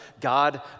God